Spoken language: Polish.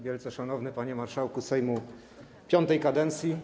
Wielce Szanowny Panie Marszałku Sejmu V kadencji!